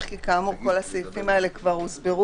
אם אנחנו נקבע עכשיו גורם שהוא מאוד ספציפי,